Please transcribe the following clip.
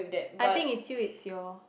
I think it's you it's your